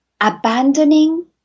abandoning